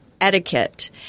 etiquette